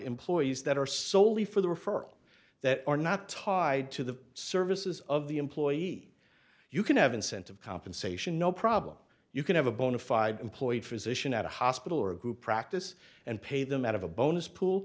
employees that are solely for the referral that are not tied to the services of the employee you can have incentive compensation no problem you can have a bonafide employed physician at a hospital or a group practice and pay them out of a bonus pool